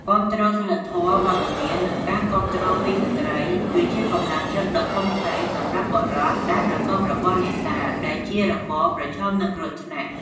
គាំទ្រសីលធម៌ វត្តមាន និងការគាំទ្រពីស្ត្រីគឺជាកម្លាំងចិត្តដ៏ធំធេងសម្រាប់បុរសដែលប្រកបរបរនេសាទ ដែលជារបរប្រឈមនឹងគ្រោះថ្នាក់។